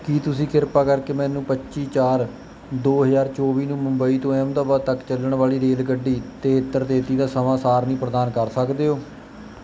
ਕੀ ਤੁਸੀਂ ਕਿਰਪਾ ਕਰਕੇ ਮੈਨੂੰ ਪੱਚੀ ਚਾਰ ਦੋ ਹਜ਼ਾਰ ਚੌਵੀ ਨੂੰ ਮੁੰਬਈ ਤੋਂ ਅਹਿਮਦਾਬਾਦ ਤੱਕ ਚੱਲਣ ਵਾਲੀ ਰੇਲਗੱਡੀ ਤੇਹੱਤਰ ਤੇਤੀ ਦਾ ਸਮਾਂ ਸਾਰਣੀ ਪ੍ਰਦਾਨ ਕਰ ਸਕਦੇ ਹੋ